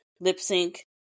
lip-sync